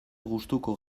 gustuko